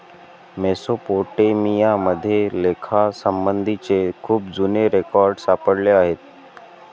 Mesopotamia मध्ये लेखासंबंधीचे खूप जुने रेकॉर्ड सापडले आहेत